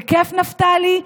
זה כיף, נפתלי?